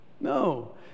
no